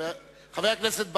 חבר הכנסת בר-און,